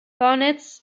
barnett